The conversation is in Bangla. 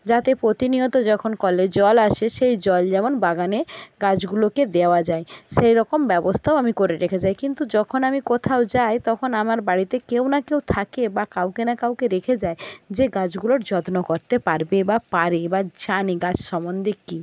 যাতে প্রতিনিয়ত যখন কলে জল আসে সেই জল যেমন বাগানে গাছগুলোকে দেওয়া যায় সেই রকম ব্যবস্থাও আমি করে রেখে যাই কিন্তু যখন আমি কোথাও যাই তখন আমার বাড়িতে কেউ না কেউ থাকে বা কাউকে না কাউকে রেখে যাই যে গাছগুলোর যত্ন করতে পারবে বা পারে বা জানে গাছ সমন্ধে কি